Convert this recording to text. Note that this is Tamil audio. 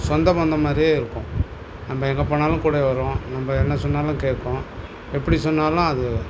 சொந்தபந்தம் மாதிரியே இருக்கும் நம்ம எங்கே போனாலும் கூடவே வரும் நம்ம என்ன சொன்னாலும் கேட்கும் எப்படி சொன்னாலும் அது